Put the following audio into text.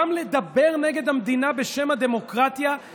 גם לדבר נגד המדינה בשם הדמוקרטיה,